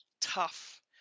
tough